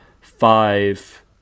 five